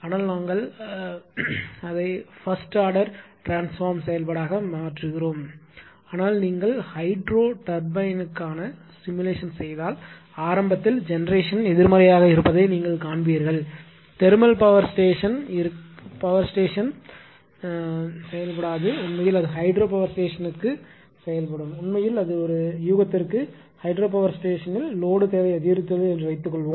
ஆனால் நாங்கள் அதை பர்ஸ்ட் ஆர்டர் ட்ரான்ஸ்போர்ம் செயல்பாடாக மாற்றுகிறோம் ஆனால் நீங்கள் ஹைட்ரோ டர்பைனுக்கான சிமுலேஷன் செய்தால் ஆரம்பத்தில் ஜெனெரேஷன் எதிர்மறையாக இருப்பதை நீங்கள் காண்பீர்கள் தெர்மல் பவர் ஸ்டேஷன் நடக்காது உண்மையில் அது ஹைட்ரோ பவர் ஸ்டேஷன் கு நடக்கும் உண்மையில் அது ஒரு யூகத்திற்கு ஹைட்ரோ பவர் ஸ்டேஷன் ல் லோடு தேவை அதிகரித்துள்ளது என்று வைத்துக்கொள்வோம்